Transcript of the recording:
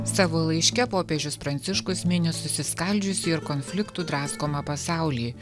savo laiške popiežius pranciškus mini susiskaldžiusį konfliktų draskomą pasaulį